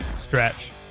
stretch